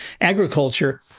agriculture